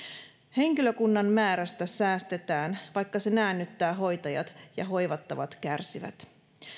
henkilökunnan määrästä säästetään vaikka se näännyttää hoitajat ja hoivattavat kärsivät